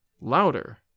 louder